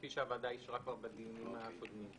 כפי שהוועדה אישרה כבר בדיונים הקודמים.